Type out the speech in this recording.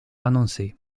annoncée